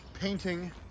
Painting